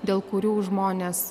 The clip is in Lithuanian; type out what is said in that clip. dėl kurių žmonės